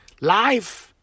Life